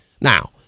Now